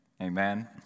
Amen